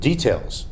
Details